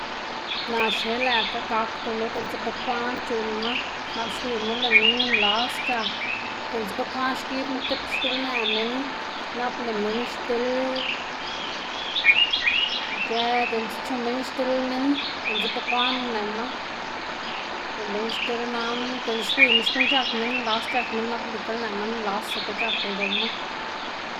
Naꞌ xne lëꞌkga gakdu lo diꞌltse bukwaꞌn c̲h̲uꞌnnma nap xwiyma lëꞌ minn nlas c̲h̲ak diꞌltse bukwaꞌn xgibma tib xkilnë minn nap lëꞌ minn xdil, ic̲h̲ë diꞌltse chu minn xdil minn diꞌltse bukwaꞌ uneꞌma lëꞌ minn xdil nana dela xwiyma xkuꞌn c̲h̲ak minn nlas c̲h̲ak minn nap nikl nëꞌma nlasaga c̲h̲ak ldoꞌma.